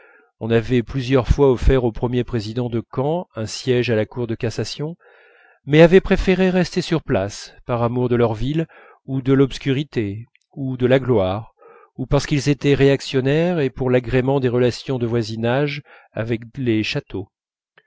on avait plusieurs fois offert au premier président de caen un siège à la cour de cassation mais avaient préféré rester sur place par amour de leur ville ou de l'obscurité ou de la gloire ou parce qu'ils étaient réactionnaires et pour l'agrément des relations de voisinage avec les châteaux